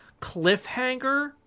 cliffhanger